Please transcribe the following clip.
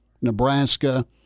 Nebraska